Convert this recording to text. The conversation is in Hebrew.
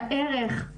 בערך,